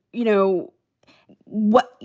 you know what?